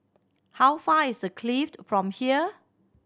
how far is a Clift from here